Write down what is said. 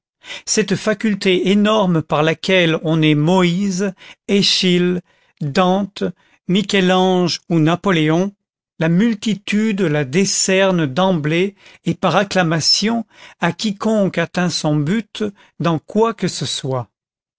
cette faculté énorme par laquelle on est moïse eschyle dante michel-ange ou napoléon la multitude la décerne d'emblée et par acclamation à quiconque atteint son but dans quoi que ce soit